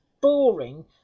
boring